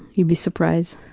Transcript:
you'd be surprised.